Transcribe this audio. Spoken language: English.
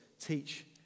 teach